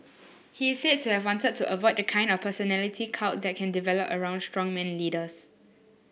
he said to have wanted to avoid the kind of personality cult that can develop around strongman leaders